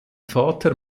vater